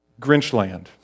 Grinchland